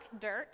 dirt